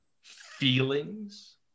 feelings